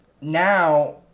Now